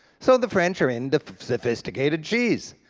so the french are into sophisticated cheese.